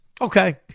Okay